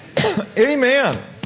Amen